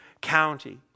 county